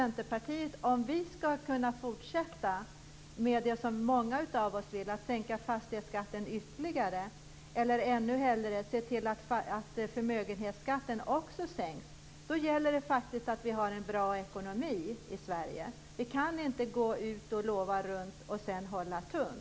Om vi skall kunna göra det som många av oss vill, att sänka fastighetsskatten ytterligare eller ännu hellre att se till att förmögenhetsskatten också sänks, då gäller det faktiskt att vi har en bra ekonomi i Sverige. Vi kan inte gå ut och lova runt och sedan hålla tunt.